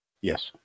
Yes